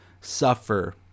suffer